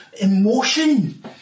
emotion